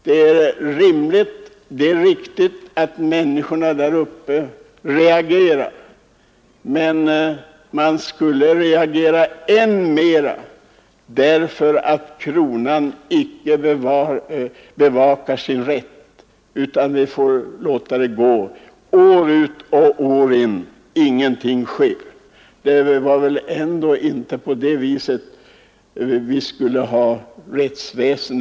Det är rimligt och riktigt att människorna där uppe reagerar, men man borde reagera än mera, därför att kronan inte bevakar sin rätt utan man låter det gå år ut och år in och ingenting sker. Man borde väl ändå år 1972 ha en riktig rättsordning.